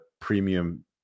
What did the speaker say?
premium